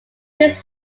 this